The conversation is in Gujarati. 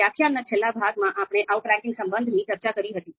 વ્યાખ્યાનના છેલ્લા ભાગમાં આપણે આઉટરેંકિંગ સંબંધની ચર્ચા કરી હતી